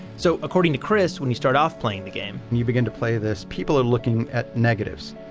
so, according to chris when you start off playing the game and you begin to play this, people are looking at negatives.